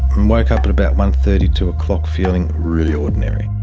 and woke up at about one thirty, two o'clock feeling really ordinary.